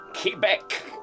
Quebec